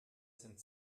sind